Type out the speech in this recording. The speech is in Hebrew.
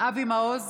אבי מעוז,